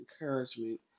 encouragement